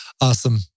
Awesome